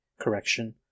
Correction